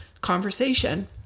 conversation